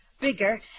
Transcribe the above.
Bigger